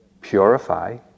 purify